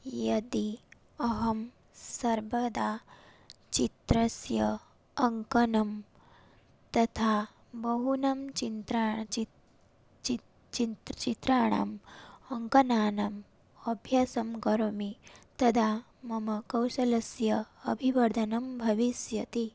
यदि अहं सर्वदा चित्रस्य अङ्कनं तथा बहूनां चिन्त्र चि चि चिन्त् चित्राणाम् अङ्कनानाम् अभ्यासं करोमि तदा मम कौशल्यस्य अभिवर्धनं भविष्यति